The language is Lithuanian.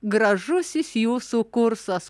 gražusis jūsų kursas